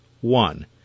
one